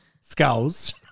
skulls